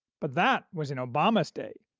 but that was in obama's day,